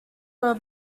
were